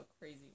crazy